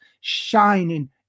shining